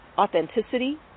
Authenticity